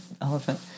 elephant